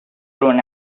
ruin